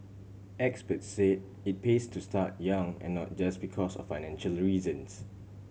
experts said it pays to start young and not just because of financial reasons